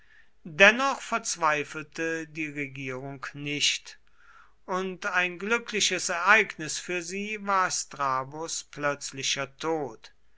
dennoch verzweifelte die regierung nicht und ein glückliches ereignis für sie war strabos plötzlicher tod